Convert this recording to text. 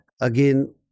Again